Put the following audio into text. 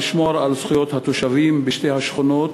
לשמור על זכויות התושבים בשתי השכונות